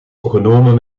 genomen